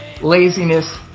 laziness